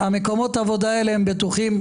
מקומות העבודה האלה הם בטוחים,